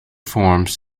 forms